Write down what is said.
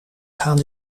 gaan